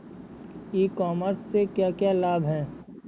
ई commerce से क्या क्या लाभ हैं?